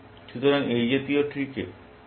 সুতরাং এই জাতীয় ট্রিকে গেম ট্রি বলা হয়